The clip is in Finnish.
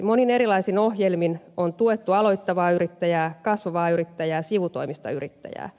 monin erilaisin ohjelmin on tuettu aloittavaa yrittäjää kasvavaa yrittäjää sivutoimista yrittäjää